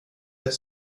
ett